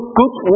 good